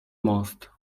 most